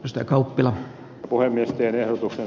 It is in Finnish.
isä kauppila puhemiesten ehdotuksen